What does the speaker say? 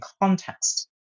context